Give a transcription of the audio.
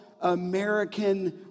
American